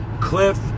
Cliff